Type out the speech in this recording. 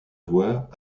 voix